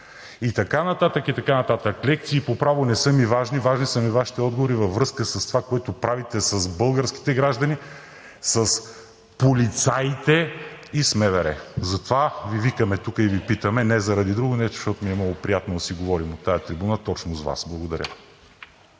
и така нататък, и така нататък. Лекциите по право не са ми важни, важни са ми Вашите отговори във връзка с това, което правите с българските граждани, с полицаите и с МВР. Затова Ви викаме тук и Ви питаме – не заради друго, не защото ми е много приятно да си говорим от тази трибуна точно с Вас. Благодаря.